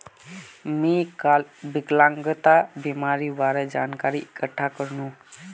मी काल विकलांगता बीमार बारे जानकारी इकठ्ठा करनु